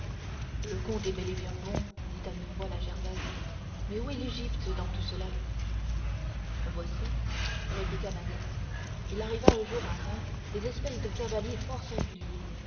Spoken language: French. le conte est bel et bon dit à mi-voix la gervaise mais où est l'égypte dans tout cela voici répliqua mahiette il arriva un jour à reims des espèces de cavaliers fort singuliers